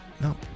No